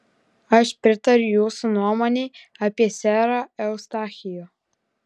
aš pritariu jūsų nuomonei apie serą eustachijų